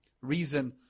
reason